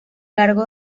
largo